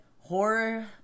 Horror